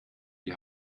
die